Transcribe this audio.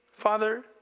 Father